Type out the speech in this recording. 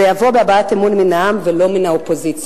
זה יבוא בהבעת אמון מן העם ולא מן האופוזיציה.